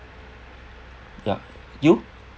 yup you